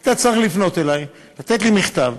היית צריך לפנות אלי, לתת לי מכתב.